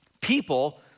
people